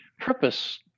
purpose